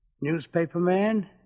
Newspaperman